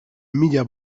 mila